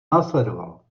následovalo